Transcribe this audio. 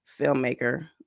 filmmaker